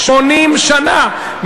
80 שנה,